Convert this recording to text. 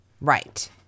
Right